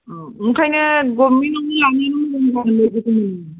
औ ओंखायनो गरमेन्टयावनो लांनायानो मोजां जागोन बायदिखौ नुयो